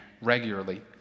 regularly